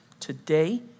Today